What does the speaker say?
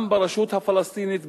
גם ברשות הפלסטינית,